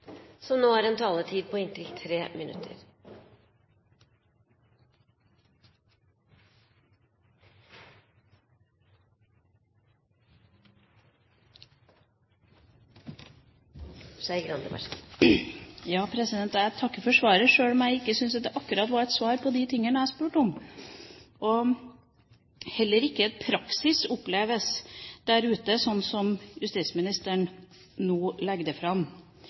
Jeg takker for svaret, sjøl om jeg ikke syns at det akkurat var et svar på de tingene jeg spurte om, og som heller ikke i praksis oppleves der ute sånn som justisministeren nå legger det fram.